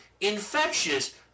infectious